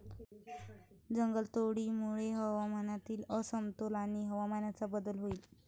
जंगलतोडीमुळे हवामानातील असमतोल आणि हवामान बदल होईल